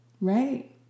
right